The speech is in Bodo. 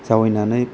जावैनानै